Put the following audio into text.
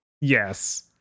yes